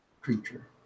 creature